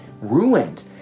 ruined